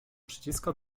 przyciska